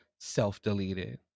self-deleted